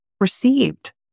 received